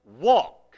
walk